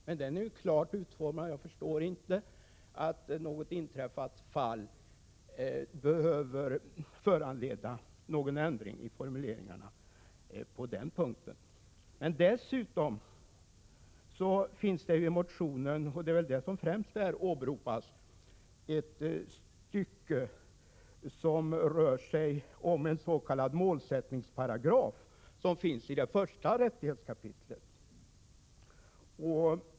Den paragrafen är klart utformad, och jag förstår inte att något fall som inträffat behöver föranleda ändringar av formuleringarna på den punkten. Dessutom finns i den aktuella motionen ett stycke som handlar om en s.k. målsättningsparagraf. En sådan finns i 1 kap. 2 §.